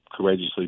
courageously